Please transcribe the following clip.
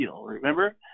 remember